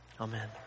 Amen